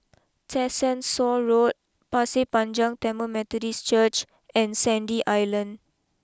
Tessensohn Road Pasir Panjang Tamil Methodist Church and Sandy Island